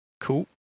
Cool